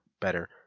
better